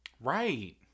Right